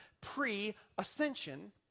pre-ascension